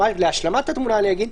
להשלמת התמונה אגיד,